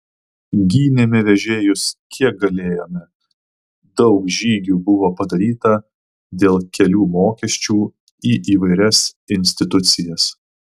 gynėme vežėjus kiek galėjome daug žygių buvo padaryta dėl kelių mokesčių į įvairias institucijas